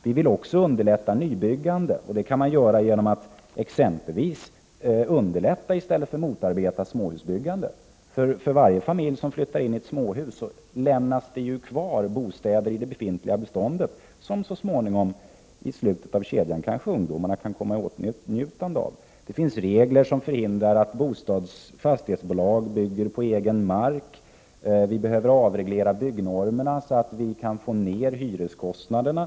Vi vill också underlätta nybyggande, och det kan ske exempelvis genom att man understödjer i stället för motarbetar småhusbyggandet. Varje familj som flyttar in i ett småhus lämnar ju kvar en bostad i det befintliga beståndet, som ungdomarna i slutet av kedjan kanske kan komma i åtnjutande av. Det finns regler som förhindrar att fastighetsbolag bygger på egen mark, vilka bör avskaffas, och vi behöver avreglera byggnormerna, så att vi kan få ned hyreskostnaderna.